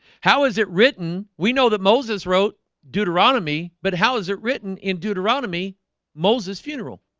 how is it written we know that moses wrote deuteronomy but how is it written in deuteronomy moses funeral